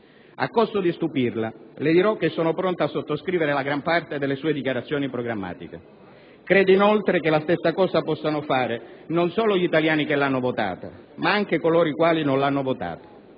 A costo di stupirla, le dirò che sono pronto a sottoscrivere la gran parte delle sue dichiarazioni programmatiche. Credo, inoltre, che la stessa cosa possano fare non solo gli italiani che l'hanno votata, ma anche coloro i quali non l'hanno votata.